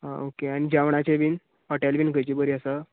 आं ओके आनी जेवणाचे बी हॉटेल बी खंयचे बरीं आसा